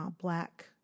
black